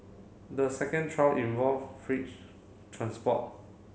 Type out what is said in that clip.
the second trial involve feight transport